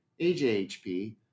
AJHP